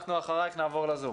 אנחנו אחריך נעבור לזום.